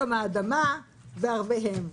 יום האדמה וערביהם.